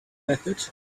method